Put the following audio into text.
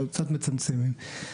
קצת מצמצמים.